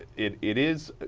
it it is